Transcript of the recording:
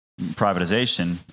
privatization